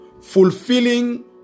fulfilling